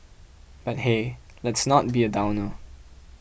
but hey let's not be a downer